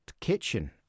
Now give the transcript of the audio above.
kitchen